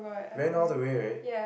ran all the way right